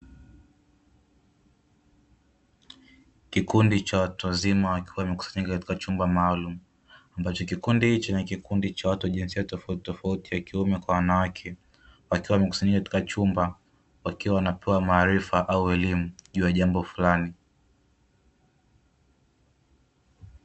Kikundi cha watu wazima wakiwa wamekusanyika katika chumba maalumu, ambacho kikundi hicho ni kikundi cha watu wa jinsia tofautitofauti wakiume kwa wanawake, wakiwa wamekusanyika katika chumba wakiwa wanapewa maarifa au elimu juu ya jambo fulani.